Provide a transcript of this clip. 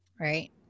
Right